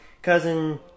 Cousin